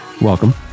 Welcome